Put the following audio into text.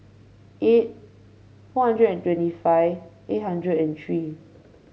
eight four hundred and twenty five eight hundred and three